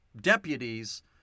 deputies